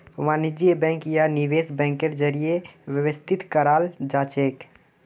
वाणिज्य बैंक या निवेश बैंकेर जरीए व्यवस्थित कराल जाछेक